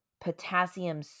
potassium